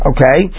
Okay